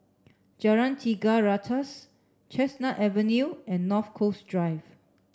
Jalan Tiga Ratus Chestnut Avenue and North Coast Drive